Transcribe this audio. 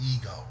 ego